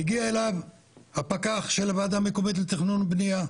מגיע אליו הפקח של הוועדה המקומית לתכנון ובנייה,